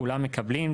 כולם מקבלים,